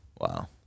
Wow